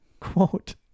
Quote